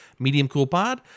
mediumcoolpod